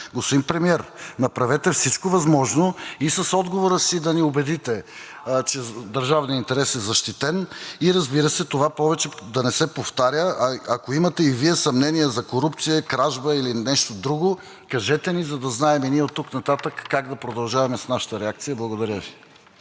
Господин Премиер, направете всичко възможно и с отговора си да ни убедите, че държавният интерес е защитен и разбира се, това повече да не се повтаря. А ако имате и Вие съмнения за корупция, кражба или нещо друго, кажете ни, за да знаем и ние от тук нататък как да продължаваме с нашата реакция. Благодаря Ви.